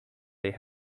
they